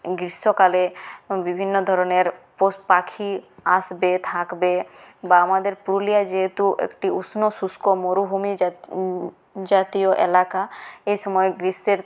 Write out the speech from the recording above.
গ্রীষ্মকালে বিভিন্ন ধরণের পাখি আসবে থাকবে বা আমাদের পুরুলিয়া যেহেতু একটি উষ্ণ শুষ্ক মরুভূমি জাতীয় এলাকা এই সময়ে গ্রীষ্মের